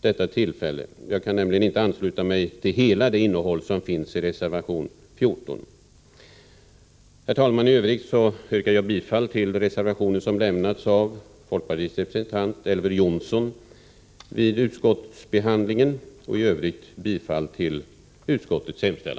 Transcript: detta tillfälle. Jag kan nämligen inte ansluta mig till hela innehållet i reservation 14. Herr talman! Vidare yrkar jag bifall till de reservationer som undertecknats av folkpartiets representant Elver Jonsson vid utskottsbehandlingen och i övrigt bifall till utskottets hemställan.